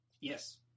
Yes